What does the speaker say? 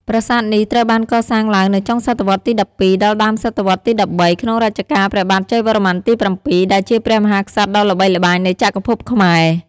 ប្រាសាទនេះត្រូវបានកសាងឡើងនៅចុងសតវត្សទី ១២ ដល់ដើមសតវត្សទី ១៣ ក្នុងរជ្ជកាលព្រះបាទជ័យវរ្ម័នទី ៧ ដែលជាព្រះមហាក្សត្រដ៏ល្បីល្បាញនៃចក្រភពខ្មែរ។